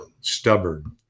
Stubborn